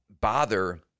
bother